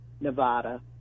Nevada